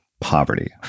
poverty